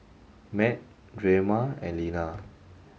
Matt Drema and Lena